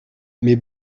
mais